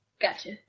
Gotcha